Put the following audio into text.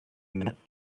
met